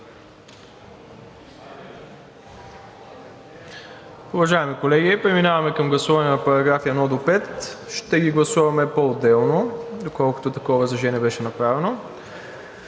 Уважаеми колеги, преминаваме към гласуване на параграфи от 1 до 5. Ще ги гласуваме поотделно, доколкото такова възражение беше направено.